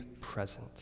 present